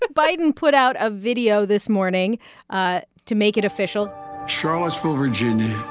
but biden put out a video this morning ah to make it official charlottesville, va,